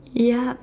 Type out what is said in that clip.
yup